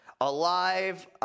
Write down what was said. Alive